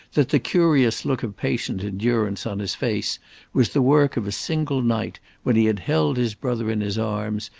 that the curious look of patient endurance on his face was the work of a single night when he had held his brother in his arms,